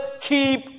keep